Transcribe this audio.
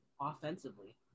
offensively